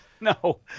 No